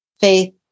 faith